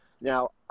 Now